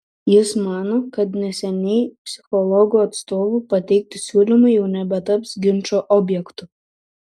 jis mano kad neseniai psichologų atstovų pateikti siūlymai jau nebetaps ginčo objektu